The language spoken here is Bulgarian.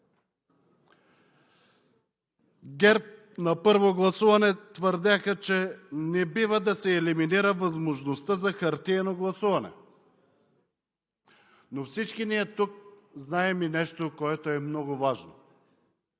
ГЕРБ на първо гласуване твърдяха, че не бива да се елиминира възможността за хартиено гласуване, но всички тук знаем и нещо, което е много важно: